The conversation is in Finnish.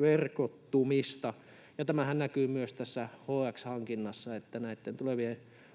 verkottumista. Ja tämähän näkyy myös tässä HX-hankinnassa: näitten tulevien